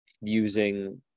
using